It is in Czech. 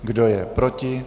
Kdo je proti?